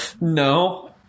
No